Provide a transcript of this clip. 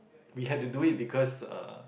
we had to do it because uh